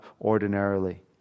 ordinarily